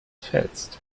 fetzt